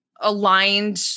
aligned